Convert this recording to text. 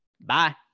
Bye